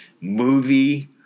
movie